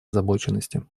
озабоченности